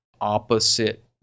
opposite